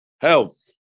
health